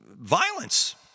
violence